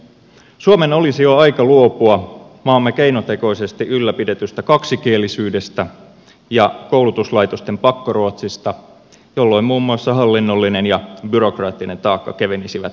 suomen olisi jo aika luopua maamme keinotekoisesti ylläpidetystä kaksikielisyydestä ja koulutuslaitosten pakkoruotsista jolloin muun muassa hallinnollinen ja byrokraattinen taakka kevenisivät merkittävästi